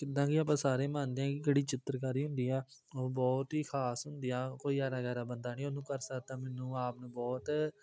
ਜਿੱਦਾਂ ਕਿ ਆਪਾਂ ਸਾਰੇ ਮੰਨਦੇ ਹਾਂ ਕਿ ਕਿਹੜੀ ਚਿੱਤਰਕਾਰੀ ਹੁੰਦੀ ਆ ਉਹ ਬਹੁਤ ਹੀ ਖ਼ਾਸ ਹੁੰਦੀ ਆ ਕੋਈ ਐਰਾ ਗੈਰਾ ਬੰਦਾ ਨਹੀਂ ਉਹਨੂੰ ਕਰ ਸਕਦਾ ਮੈਨੂੰ ਆਪ ਨੂੰ ਬਹੁਤ